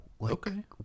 Okay